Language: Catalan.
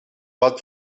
pot